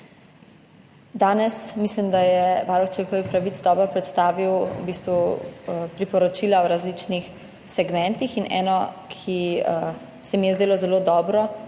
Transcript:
Danes mislim, da je Varuh človekovih pravic dobro predstavil priporočila v različnih segmentih. Eno, ki se mi je zdelo zelo dobro